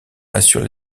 assure